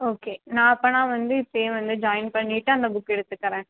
okay நான் அப்போன்னா வந்து இப்போயே வந்து ஜாய்ன் பண்ணிவிட்டு அந்த புக்கு எடுத்துக்கறேன்